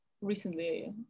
recently